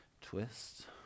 twist